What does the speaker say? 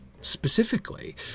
specifically